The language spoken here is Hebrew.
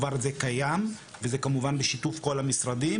כבר זה קיים וזה כמובן בשיתוף כל המשרדים,